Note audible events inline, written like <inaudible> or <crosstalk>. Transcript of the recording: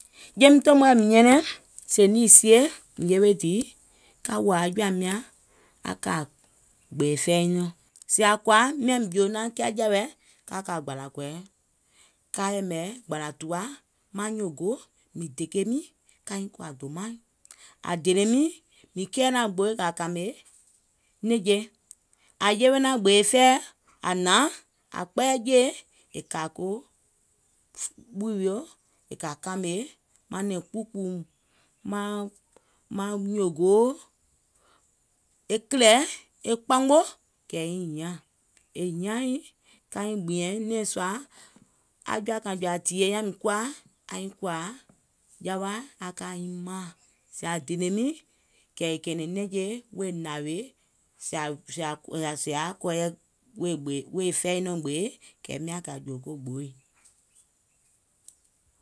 Jeim tòmoɛ̀ mìŋ nyɛnɛŋ sèè nìì sie mìŋ yewe dìì, ka wòò aŋ jɔ̀àim nyàŋ aŋ kà gbèè fɛi nyiŋ nɔɔ̀ŋ, sèè àŋ kɔ̀à miàŋ jòò naàŋ kià jɛ̀wɛ̀, ka kà gbàlà kɔ̀ìɛ ka yɛ̀mɛ̀ gbàlà tùwa, maŋ nyòògoò, mìŋ dèkè miìŋ kaiŋ kòà dòmaìŋ, àŋ dènèiŋ nìiŋ, mìŋ kɛɛ̀ naàŋ gbooì kɛ̀ kà kàmè nɛ̀ŋje. Àŋ yewe naàŋ gbèè fɛɛ̀ àŋ hnàŋ kpɛɛyɛ̀ jèe, è kà <unintelligible> ɓù wio, è kà kààmè manɛ̀ŋ kpuukpùù, maaŋ maaŋ nyòògoò, e kìlɛ̀, maŋ kpamò, kɛ̀ yèiŋ hiàŋ, è hiàiŋ, kaiŋ gbìɛ̀ŋ e nɛ̀ŋ suà, aŋ jɔ̀àkàìŋ jɔ̀à tìyèe nyàŋ mìŋ kuwa aiŋ kòà jawa aŋ ka aiŋ maàŋ, sèè àŋ dènè niìŋ, kɛ̀ è kɛ̀ɛ̀nɛ̀ŋ nɛ̀ŋje wèè nàwèè, sè sè sè àŋ yaà kɔɔyɛ wèè fɛi nyiŋ nɔɔ̀ŋ gbèe kɛ̀ miàŋ kà jòò ko gbooì.